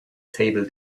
table